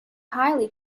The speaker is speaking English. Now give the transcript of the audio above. highly